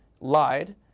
lied